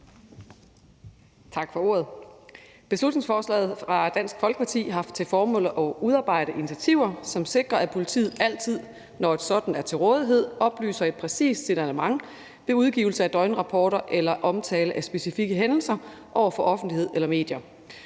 Tak for ordet. Beslutningsforslaget fra Dansk Folkeparti har til formål at udarbejde initiativer, som sikrer, at politiet altid, når et sådant er til rådighed, oplyser et præcist signalement ved udgivelse af døgnrapporter eller omtale af specifikke hændelser over for offentlighed eller medier.